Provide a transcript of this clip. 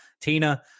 Tina